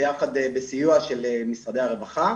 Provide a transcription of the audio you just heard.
ובסיוע של משרדי הרווחה